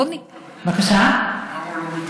למה הוא לא מתקדם?